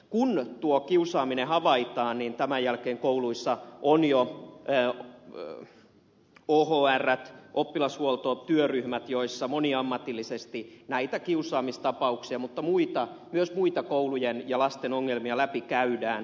kun tuo kiusaaminen havaitaan niin tämän jälkeen kouluissa on jo ohrt oppilashuoltotyöryhmät joissa moniammatillisesti näitä kiusaamistapauksia mutta myös muita koulujen ja lasten ongelmia läpikäydään